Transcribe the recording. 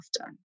often